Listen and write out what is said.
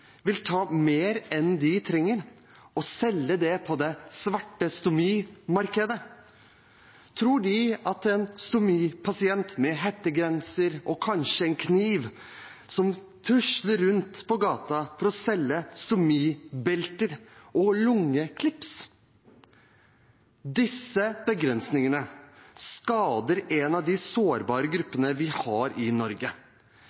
vil ta mer enn de trenger og selge det på det svarte stomimarkedet? Tror de at en stomipasient med hettegenser og kanskje en kniv tusler rundt på gata for å selge stomibelter og lukkeklips? Disse begrensningene skader en av de sårbare